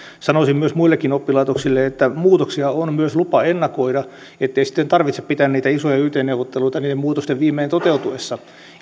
sanoisin myös muillekin oppilaitoksille että muutoksia on myös lupa ennakoida ettei sitten tarvitse pitää niitä isoja yt neuvotteluita niiden muutosten viimein toteutuessa